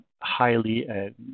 highly